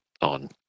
on